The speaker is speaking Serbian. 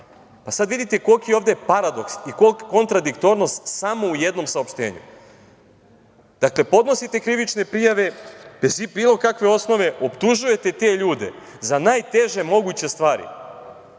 pa sad vidite koliki je ovde paradoks i kontradiktornost samo u jednom saopštenju. Dakle, podnosite krivične prijave bez bilo kakve osnove, optužujete te ljude za najteže moguće stvari,